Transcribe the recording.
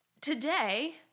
today